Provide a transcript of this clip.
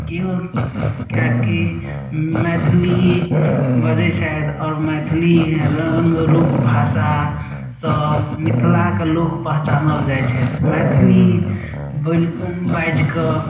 केओ किएक कि मैथिली बजय छथि आओर मैथिली रङ्ग रूप भाषासँ मिथिलाक लोक पहचानल जाइ छथि मैथिली बोलि कऽ बाजि कऽ